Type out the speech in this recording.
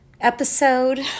episode